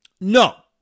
No